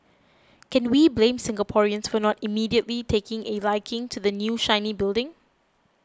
can we blame Singaporeans for not immediately taking a liking to the new shiny building